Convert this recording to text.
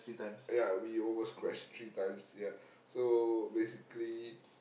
ya we almost crash three times ya so basically